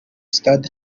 stade